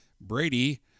Brady